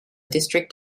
district